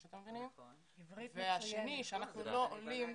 העברית שלכם מצוינת.